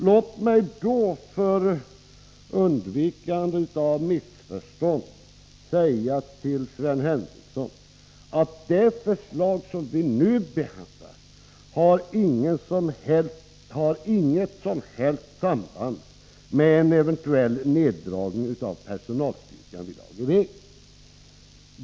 Låt mig för undvikande av missförstånd säga till Sven Henricsson att det förslag som vi nu behandlar inte har något som helst samband med en eventuell neddragning av personalstyrkan vid Ageve.